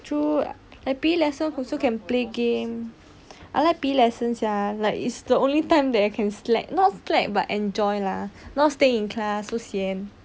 true like P_E lessons also can play game I like P_E lessons sia like it's the only time that I can slack not slack but enjoy lah not stay in class so sian